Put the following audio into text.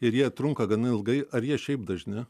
ir jie trunka gana ilgai ar jie šiaip dažni